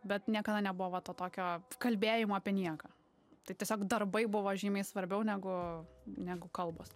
bet niekada nebuvo va to tokio kalbėjimo apie nieką tai tiesiog darbai buvo žymiai svarbiau negu negu kalbos